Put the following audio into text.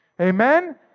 Amen